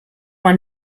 man